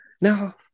Now